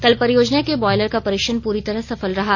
कल परियोजना के बॉयलर का परीक्षण पूरी तरह सफल रहा